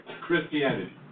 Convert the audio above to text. Christianity